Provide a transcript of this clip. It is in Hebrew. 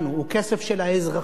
הוא כסף של האזרחים,